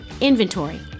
inventory